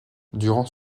durant